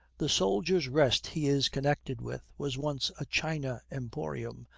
the soldiers' rest he is connected with was once a china emporium,